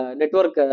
network